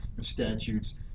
Statutes